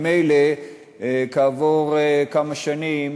אם ממילא כעבור כמה שנים